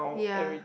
ya